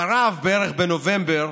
אחריו, בערך בנובמבר,